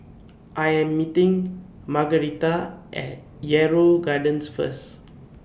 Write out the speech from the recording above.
I Am meeting Margueritta At Yarrow Gardens First